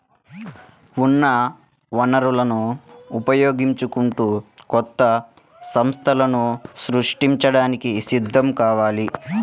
ఉన్న వనరులను ఉపయోగించుకుంటూ కొత్త సంస్థలను సృష్టించడానికి సిద్ధం కావాలి